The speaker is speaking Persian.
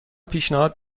پیشنهاد